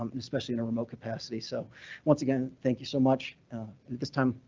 um especially in remote capacity. so once again thank you so much at this time,